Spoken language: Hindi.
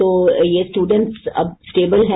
तो ये स्टूडेंट्स अब स्टेबल हैं